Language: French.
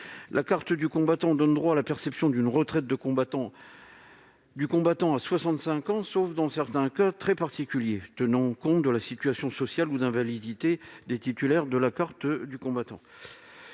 La carte du combattant donne droit à la perception d'une retraite du combattant à 65 ans, sauf dans certains cas très particuliers, tenant compte de la situation sociale ou d'invalidité des titulaires de cette carte.